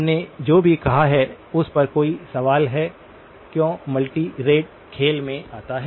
हमने जो भी कहा है उस पर कोई सवाल है क्यों मल्टी रेट खेल में आता है